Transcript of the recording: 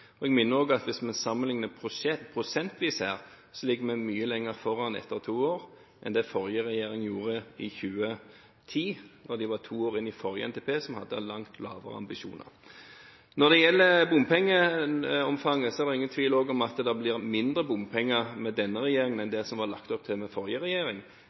prosjekt. Jeg minner også om at hvis vi her sammenligner prosentvis, ligger vi mye lenger foran etter to år enn det forrige regjering gjorde i 2010, da de var to år inn i forrige NTP, som hadde langt lavere ambisjoner. Når det gjelder bompengeomfanget, er det ingen tvil om at det blir mindre bompenger med denne regjeringen enn det som var lagt opp til med forrige regjering.